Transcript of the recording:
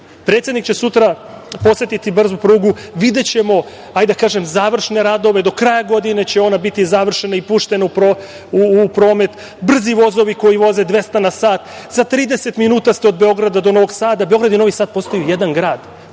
vidi. Predsednik će sutra posetiti brzu prugu, videćemo završne radove, do kraja godine će ona biti završena i puštena u promet, brzi vozovi koji voze 200 na sat, za 30 minuta ste od Beograda do Novog Sada. Beograd i Novi Sad postaju jedan grad.